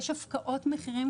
יש הפקעות מחירים,